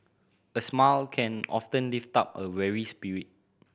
a smile can often lift up a weary spirit